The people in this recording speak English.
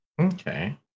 Okay